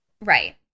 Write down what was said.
Right